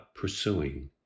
pursuing